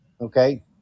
Okay